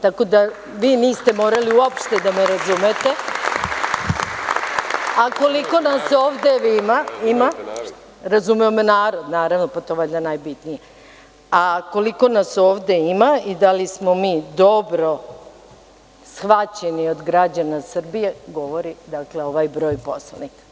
Tako da vi niste morali uopšte da me razumete, a koliko nas ovde ima, razumem narod naravno, to je valjda najbitnije, a koliko nas ovde ima i da li smo mi dobro shvaćeni od građana Srbije govori ovaj broj poslanika.